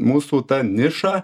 mūsų ta niša